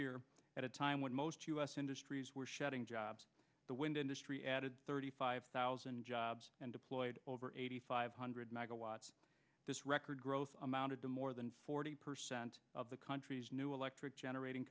year at a time when most u s industries were shedding jobs the wind industry added thirty five thousand jobs and deployed over eighty five hundred megawatts this record growth amounted to more than forty percent of the country's new electric generating